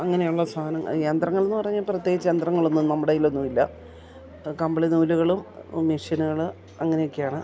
അങ്ങനെയുള്ള സാധനം യന്ത്രങ്ങൾ എന്ന് പറഞ്ഞാൽ പ്രത്യേകിച്ച് യന്ത്രങ്ങളൊന്നും നമ്മുടെയിലൊന്നും ഇല്ല കമ്പിളി നൂലുകളും മെഷ്യനുകൾ അങ്ങനെയൊക്കെയാണ്